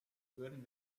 würden